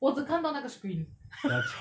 我只看到那个 screen